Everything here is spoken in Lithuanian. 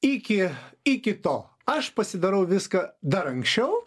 iki iki to aš pasidarau viską dar anksčiau